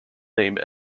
name